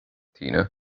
tina